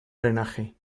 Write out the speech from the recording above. drenaje